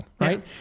right